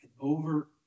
over